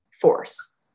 force